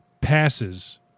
passes